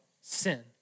sin